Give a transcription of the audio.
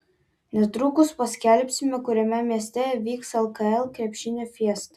netrukus paskelbsime kuriame mieste vyks lkl krepšinio fiesta